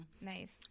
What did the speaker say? nice